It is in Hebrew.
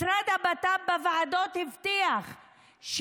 משרד הבט"פ הבטיח בוועדות